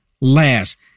last